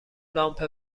لامپ